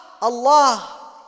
Allah